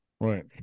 Right